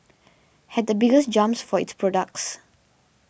had the biggest jumps for its products